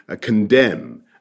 condemn